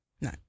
No